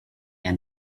and